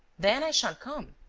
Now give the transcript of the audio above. then i shan't come.